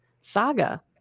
saga